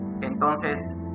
Entonces